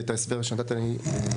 את ההסבר שנתת לי,